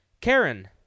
Karen